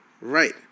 Right